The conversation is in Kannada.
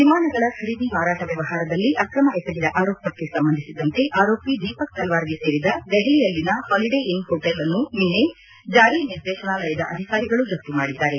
ವಿಮಾನಗಳ ಖರೀದಿ ಮಾರಾಟ ವ್ಯವಹಾರದಲ್ಲಿ ಆಕ್ರಮ ಎಸಗಿದ ಆರೋಪಕ್ಕೆ ಸಂಬಂಧಿಸಿದಂತೆ ಆರೋಪಿ ದೀಪಕ್ ತಲ್ನಾರ್ಗೆ ಸೇರಿದ ನವದಹಲಿಯಲ್ಲಿನ ಹಾಲಿಡೇ ಇನ್ ಹೊಟೇಲ್ ಅನ್ನು ನಿನ್ನೆ ಜಾರಿನಿರ್ದೇಶನಾಲಯದ ಅಧಿಕಾರಿಗಳು ಜಪ್ತಿ ಮಾಡಿದ್ದಾರೆ